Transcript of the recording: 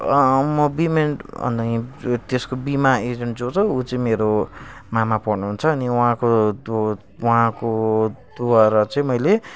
म बिमेन्ट नही त्यसको बिमा एजेन्ट जो छ उ चाहिँ मेरो मामा पर्नुहुन्छ अनि उहाँको दु उहाँकोद्वारा चाहिँ मैले